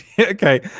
okay